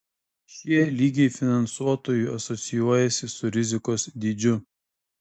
šie lygiai finansuotojui asocijuojasi su rizikos dydžiu